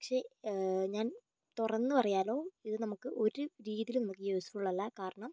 പക്ഷേ ഞാൻ തുറന്നു പറയാലോ ഇത് നമുക്ക് ഒരു രീതിയിലും നമുക്ക് യൂസ്ഫുൾ അല്ല കാരണം